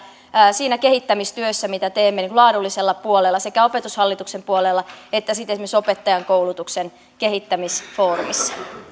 siinä kehittämistyössä mitä teemme laadullisella puolella sekä opetushallituksen puolella että esimerkiksi opettajankoulutuksen kehittämisfoorumissa